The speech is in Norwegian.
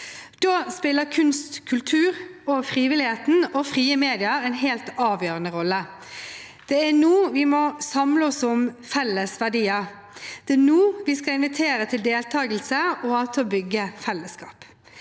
Da spiller kunst og kultur, frivilligheten og frie medier en helt avgjørende rolle. Det er nå vi må samle oss om felles verdier. Det er nå vi skal invitere til deltakelse og til å bygge fellesskap.